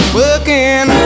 working